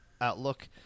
outlook